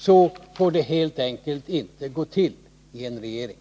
Så får det helt enkelt inte gå till i en regering.